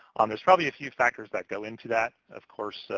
um there's probably a few factors that go into that. of course,